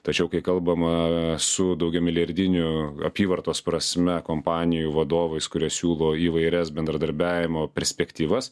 tačiau kai kalbama su daugiamilijardinių apyvartos prasme kompanijų vadovais kurie siūlo įvairias bendradarbiavimo perspektyvas